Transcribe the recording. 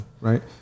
right